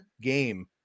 game